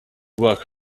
work